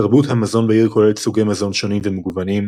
תרבות המזון בעיר כוללת סוגי מזון שונים ומגוונים,